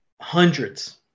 hundreds